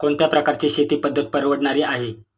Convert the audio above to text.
कोणत्या प्रकारची शेती पद्धत परवडणारी आहे?